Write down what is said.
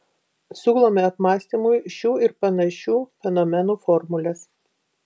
siūlome apmąstymui šių ir panašių fenomenų formules